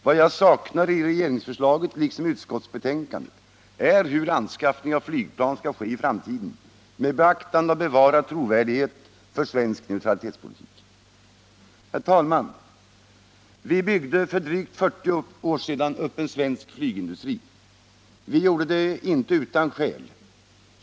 Vad jag saknar i regeringsförslaget liksom i utskottsbetänkandet är hur anskaffningen av flygplan skall ske i framtiden med beaktande av bevarad trovärdighet för svensk neutralitetspolitik. Herr talman! Vi byggde för drygt 40 år sedan upp en svensk flygindustri. Vi gjorde det inte utan skäl.